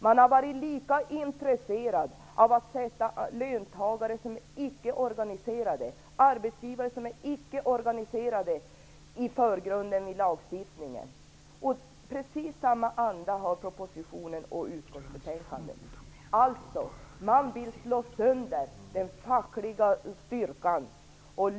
Man har varit lika intresserad av att sätta löntagare som icke är organiserade och arbetsgivare som icke är organiserade i förgrunden i lagstiftningen. Precis samma anda har propositionen och utskottsbetänkandet. Man vill alltså slå sönder den fackliga styrkan.